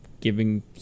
giving